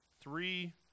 three